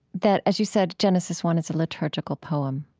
that, as you said, genesis one is a liturgical poem.